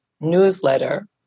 newsletter